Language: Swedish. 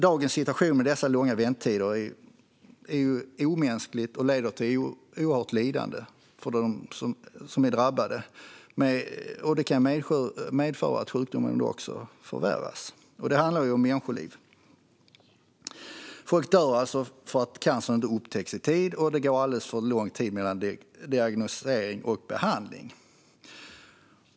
Dagens situation med långa väntetider är omänsklig och leder till oerhört lidande för de drabbade, och de kan även medföra att sjukdomen förvärras. Det handlar ju om människoliv, och folk dör för att cancern inte upptäcks i tid och för att det går alldeles för lång tid mellan diagnos och behandling.